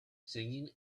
singing